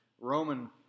Roman